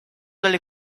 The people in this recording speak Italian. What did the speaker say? dalle